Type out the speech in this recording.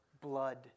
blood